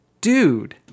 dude